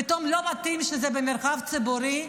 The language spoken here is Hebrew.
פתאום לא מתאים שזה במרחב הציבורי?